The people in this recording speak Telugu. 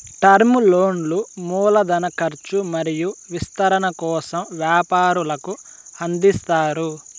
టర్మ్ లోన్లు మూల ధన కర్చు మరియు విస్తరణ కోసం వ్యాపారులకు అందిస్తారు